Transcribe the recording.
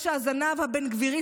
בעם.